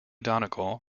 donegal